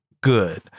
good